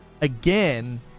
Again